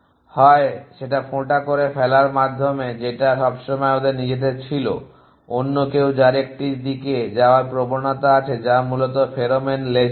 হয় সেটা ফোঁটা করে ফেলার মাধ্যমে যেটা সবসময় ওদের নিজেদের ছিল অন্য কেউ যার একটি দিকে যাওয়ার প্রবণতা আছে যা মূলত ফেরোমন লেজ বলে